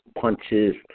punches